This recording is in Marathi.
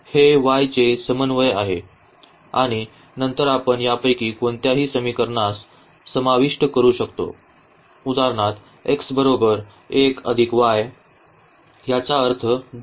हे y चे समन्वय आहे आणि नंतर आपण यापैकी कोणत्याही समीकरणास समाविष्ट करू शकतो उदाहरणार्थ x बरोबर याचा अर्थ 2